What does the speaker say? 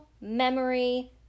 memory